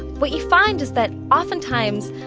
what you find is that oftentimes,